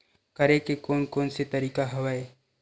करे के कोन कोन से तरीका हवय?